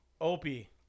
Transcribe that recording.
Opie